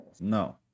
No